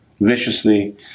viciously